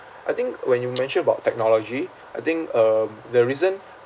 I think when you mentioned about technology I think um the reason